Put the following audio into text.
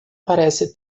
parece